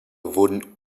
wurden